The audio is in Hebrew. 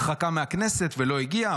הרחקה מהכנסת ולא הגיע.